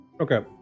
Okay